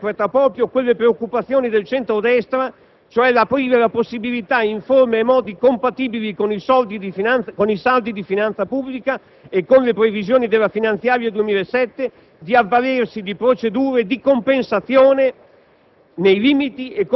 esso interpreta proprio le preoccupazioni del centro-destra, nel senso di aprire la possibilità, in forme e modi compatibili con i saldi di finanza pubblica e con le previsioni del disegno di legge finanziaria per il 2007, di avvalersi di procedure di compensazione